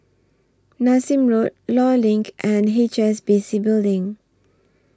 Nassim Road law LINK and H S B C Building